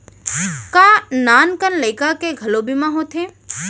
का नान कन लइका के घलो बीमा होथे?